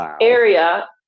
area